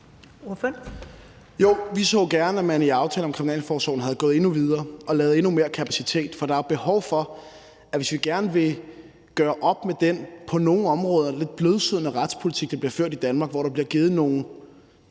vi så gerne, at man i aftalen om kriminalforsorgen var gået endnu videre og havde lavet endnu mere kapacitet, for hvis vi gerne vil gøre op med den på nogle områder lidt blødsødne retspolitik, der bliver ført i Danmark, hvor der bliver givet nogle